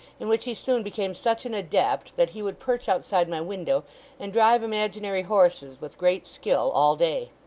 in which he soon became such an adept, that he would perch outside my window and drive imaginary horses with great skill, all day.